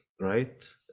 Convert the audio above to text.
right